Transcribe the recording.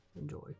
Enjoy